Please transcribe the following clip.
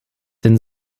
denn